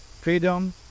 freedom